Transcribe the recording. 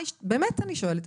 באמת אני שואלת.